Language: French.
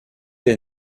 est